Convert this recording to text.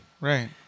Right